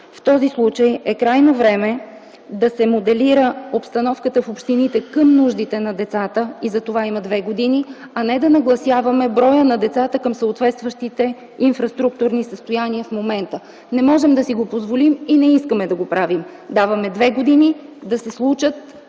в този случай е крайно време да се моделира обстановката в общините към нуждите на децата и за това има две години, а не да нагласяваме броя на децата към съответстващите инфраструктурни състояния в момента. Не можем да си го позволим и не искаме да го правим. Даваме две години да се случат